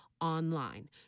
online